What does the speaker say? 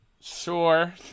Sure